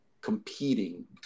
competing